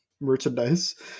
merchandise